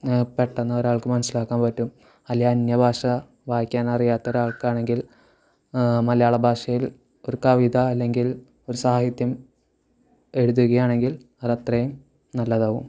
പെട്ടന്ന് ഒരാൾക്ക് മനസ്സിലാക്കാൻ പറ്റും അല്ലെങ്കിൽ അന്യഭാഷ വായിക്കാനറിയാത്ത ഒരാൾക്കാണെങ്കിൽ മലയാള ഭാഷയിൽ ഒരു കവിത അല്ലെങ്കിൽ ഒരു സാഹിത്യം എഴുതുകയാണെങ്കിൽ അത് അത്രയും നല്ലതാവും